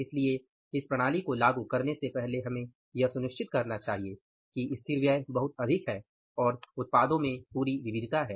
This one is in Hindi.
इसलिए इस प्रणाली को लागू करने से पहले हमें यह सुनिश्चित करना चाहिए कि स्थिर व्यय बहुत अधिक हैं और उत्पादों में पूरी विविधता है